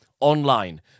online